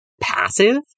passive